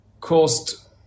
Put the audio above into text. caused